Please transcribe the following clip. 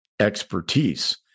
expertise